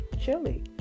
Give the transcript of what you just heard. chili